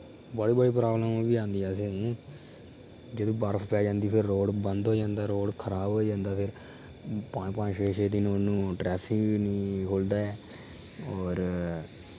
बड़ी बड़ी प्राबलमां बी आंदियां सानू जेह्ड़ी बर्फ पेई जंदी फ्ही रोड़ बंद हो जंदा रोड़ खराब होई जंदा पंज पंज छे छे दिन उत्थूं ट्रैफिक गै निं खु'लदा ऐ और